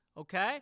Okay